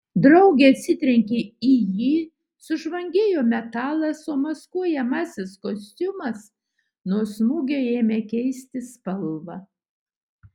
draugė atsitrenkė į jį sužvangėjo metalas o maskuojamasis kostiumas nuo smūgio ėmė keisti spalvą